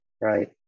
right